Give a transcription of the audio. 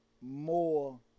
more